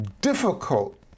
difficult